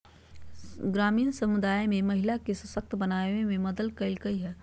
ग्रामीण समुदाय में महिला के सशक्त बनावे में मदद कइलके हइ